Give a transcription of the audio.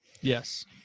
Yes